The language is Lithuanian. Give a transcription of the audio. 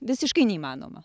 visiškai neįmanoma